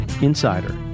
insider